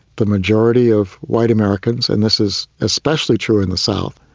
the majority of white americans, and this is especially true in the south,